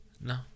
no